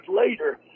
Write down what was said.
later